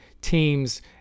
teams